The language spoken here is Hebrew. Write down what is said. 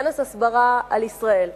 כנס הסברה על ישראל.